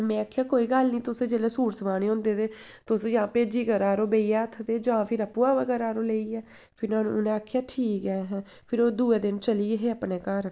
में आखेआ कोई गल्ल निं तुसें जेल्लै सूट सिलाने होंदे ते तुस जां भेजी करा'रो बइआ हत्थ जां फिरी आपूं आवा करा 'रो लेइयै फिर उ'नें आखेआ ठीक ऐ फिर ओह् दुए दिन चली ए हे अपने घर